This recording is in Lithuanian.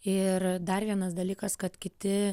ir dar vienas dalykas kad kiti